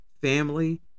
family